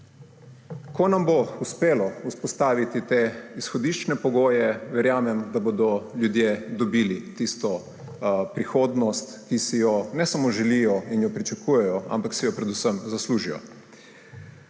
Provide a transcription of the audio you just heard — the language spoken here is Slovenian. Ko nam bo uspelo vzpostaviti te izhodiščne pogoje, verjamem, da bodo ljudje dobili tisto prihodnost, ki si jo ne samo želijo in jo pričakujejo, ampak si jo predvsem zaslužijo.